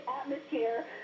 atmosphere